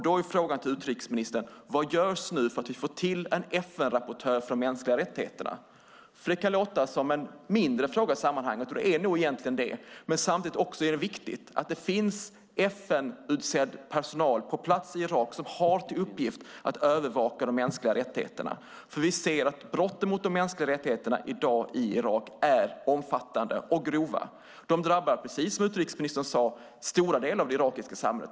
Då är frågan till utrikesministern: Vad görs nu för att få till en FN-rapportör för de mänskliga rättigheterna? Det kan låta som en mindre fråga i sammanhanget - och det är nog egentligen det - men samtidigt är det viktigt att det finns FN-utsedd personal på plats i Irak som har till uppgift att övervaka de mänskliga rättigheterna. Vi ser nämligen att brotten mot de mänskliga rättigheterna i Irak i dag är omfattande och grova. De drabbar, precis som utrikesministern sade, stora delar av det irakiska samhället.